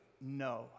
No